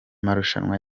marushanwa